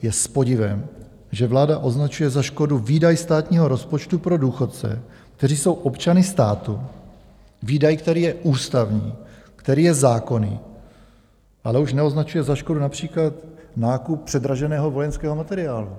Je s podivem, že vláda označuje za škodu výdaj státního rozpočtu pro důchodce, kteří jsou občany státu, výdaj, který je ústavní, který je zákonný, ale už neoznačuje za škodu například nákup předraženého vojenského materiálu.